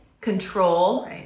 control